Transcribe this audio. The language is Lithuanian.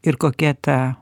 ir kokia ta